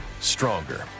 stronger